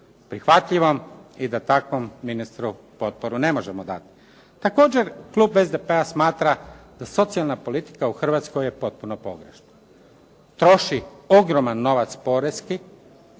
prihvatljivom i da takvom ministru potporu ne možemo dati. Također, klub SDP-a smatra da socijalna politika u Hrvatskoj je potpuno pogrešna. Troši ogroman novac poreski